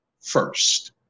first